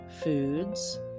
foods